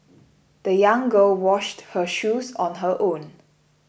the young girl washed her shoes on her own